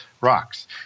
rocks